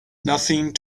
nothing